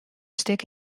stik